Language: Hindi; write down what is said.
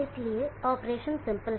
इसलिए ऑपरेशन सिंपल है